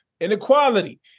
inequality